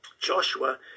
Joshua